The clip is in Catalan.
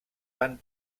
van